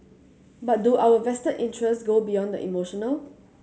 but do our vested interest go beyond the emotional